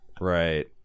right